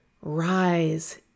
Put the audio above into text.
rise